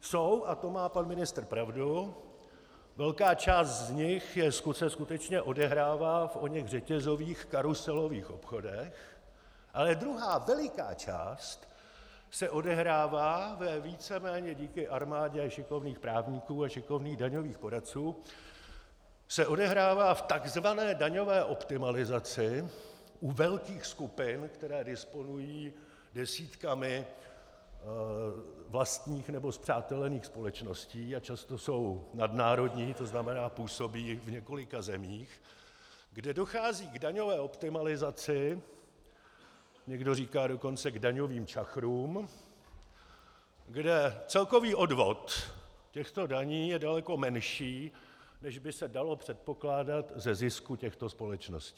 Jsou, a to má pan ministr pravdu, velká část z nich se skutečně odehrává v oněch řetězových karuselových obchodech, ale druhá veliká část se odehrává ve víceméně díky armádě šikovných právníků a šikovných daňových poradců v tzv. daňové optimalizaci u velkých skupin, které disponují desítkami vlastních nebo spřátelených společností a často jsou nadnárodní, to znamená působí v několika zemích, kde dochází k daňové optimalizaci, někdo říká dokonce k daňovým čachrům, kde celkový odvod těchto daní je daleko menší, než by se dalo předpokládat ze zisku těchto společností.